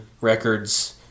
Records